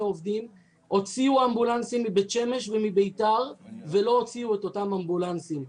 עובדים הוציאו אמבולנסים מבית שמש ומבית"ר ולא הוציאו את אותם אמבולנסים.